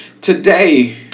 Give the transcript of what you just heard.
Today